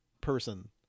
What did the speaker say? person